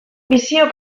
bisio